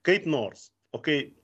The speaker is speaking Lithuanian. kaip nors o kai